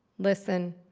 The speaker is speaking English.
listen,